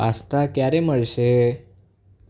pasta ક્યારે મળશે